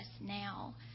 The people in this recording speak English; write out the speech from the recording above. now